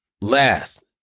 Last